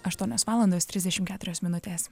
aštuonios valandos trisdešim keturios minutės